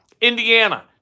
Indiana